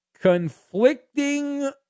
conflicting